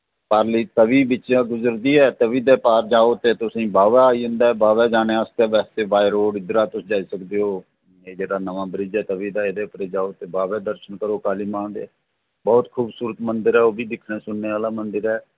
पारली त'वी बिच्चा गुजरदी ऐ त'वी दे पार जाओ ते तुसें गी बाह्वा आई जंदा ऐ बाह्वा जाने आस्तै वैसे ते बाई रोड़ इद्धरा तुस जाई सकदे ओ एह् जेह्ड़ा नमां ब्रिज ऐ त'वी दा एहदे उप्परें जाओ ते बाह्वै दर्शन करो काली मां दे बहुत खूबसूरत मंदर ऐ ओह् बी दिक्खने सुनने आह्ला मंदर ऐ